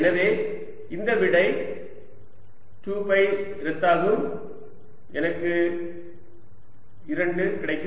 எனவே இந்த விடை 2 பை ரத்தாகும் எனக்கு 2 கிடைக்கும்